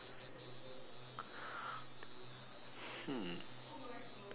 mm